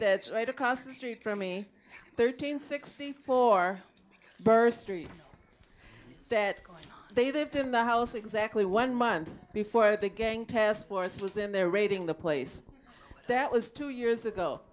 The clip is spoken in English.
that's right across the street from me thirteen sixty four birth street that they did in the house exactly one month before the gang task force was in there raiding the place that was two years ago